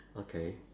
okay